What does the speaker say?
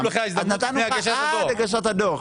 אז נתנו לך עד הגשת הדוח.